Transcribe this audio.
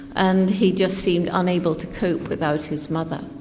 and he just seemed unable to cope without his mother.